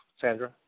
Sandra